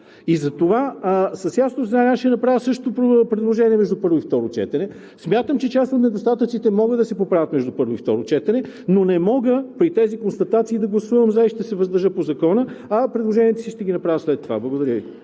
Затова с ясното съзнание ще направя същото предложение между първо и второ четене. Смятам, че част от недостатъците могат да се поправят между първо и второ четене, но не мога при тези констатации да гласувам „за“ и ще се въздържа по Закона, а предложенията си ще ги направя след това. Благодаря Ви.